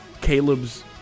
Caleb's